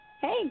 hey